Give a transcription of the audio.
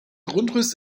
grundriss